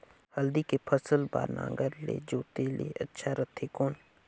हल्दी के फसल बार नागर ले जोते ले अच्छा रथे कौन?